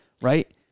right